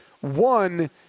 one